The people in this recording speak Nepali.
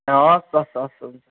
हवस् हवस् हवस् हुन्छ